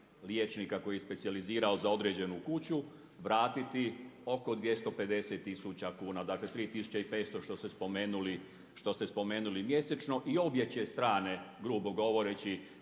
liječnika koji se specijalizirao za određenu kuću vratiti oko 250 tisuća kuna, dakle 3,500 što ste spomenuli mjesečno. I obje će strane grubo govoreći